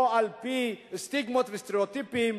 לא על-פי סטיגמות וסטריאוטיפים.